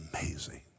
amazing